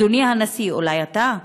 אדוני הנשיא, אולי אתה?